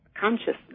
consciousness